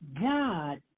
God